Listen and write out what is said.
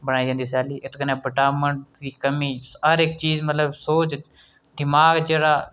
बनाई जंदी सैल्ली इत्त कन्नै विटामिन दी कमी हर इक चीज मतलब सोझ दमाग जेह्ड़ा